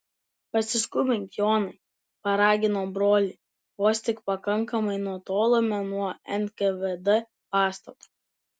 pasiskubink jonai paraginau brolį vos tik pakankamai nutolome nuo nkvd pastato